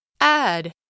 add